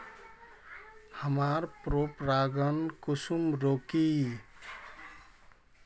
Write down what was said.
हमार पोरपरागण कुंसम रोकीई?